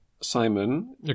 Simon